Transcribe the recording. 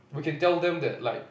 we can tell them that like